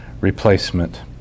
replacement